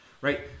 right